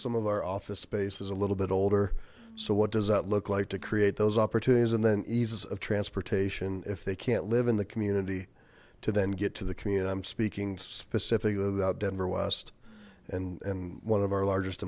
some of our office space is a little bit older so what does that look like to create those opportunities and then ease of transportation if they can't live in the community to then get to the community i'm speaking specifically without denver west and and one of our largest